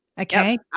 Okay